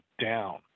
down